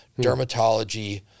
dermatology